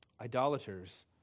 Idolaters